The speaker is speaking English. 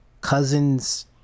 cousin's